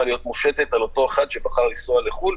להיות מושתת על אותו אחד שבחר לנסוע לחו"ל.